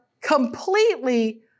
completely